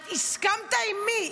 הסכמת עם מי?